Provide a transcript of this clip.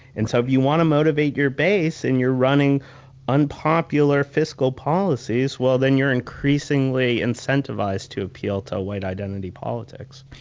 and so if you want to motivate your base, and you're running unpopular fiscal policies, well then you're increasingly incentivized to appeal to white identity politics.